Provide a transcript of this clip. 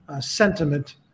sentiment